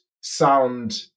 sound